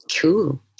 Cool